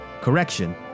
Correction